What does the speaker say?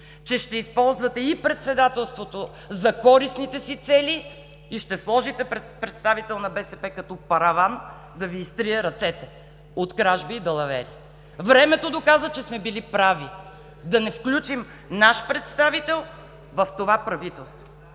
че ще използвате и председателството за користните си цели и ще сложите представител на БСП като параван да Ви изтрие ръцете от кражби и далавери. Времето доказа, че сме били прави да не включим наш представител в това правителство.